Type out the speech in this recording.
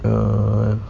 err